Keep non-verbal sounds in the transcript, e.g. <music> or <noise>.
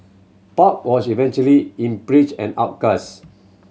park was eventually impeached and <unintelligible>